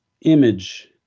image